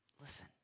Listen